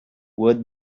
would